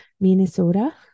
Minnesota